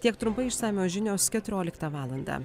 tiek trumpai išsamios žinios keturioliktą valandą